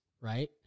right